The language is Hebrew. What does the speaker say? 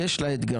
יש לה אתגרים,